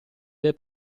del